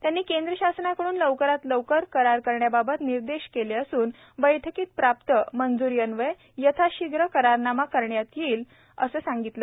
त्यांनी केंद्र शासनाकडून लवकरात लवकर करार करण्याबाबत निर्देशित केले असून बठकीत प्राप्त मंज्रीअन्वये यथाशिघ्र करारनामा करण्यात येईल असे सांगितले